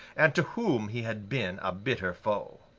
and to whom he had been a bitter foe.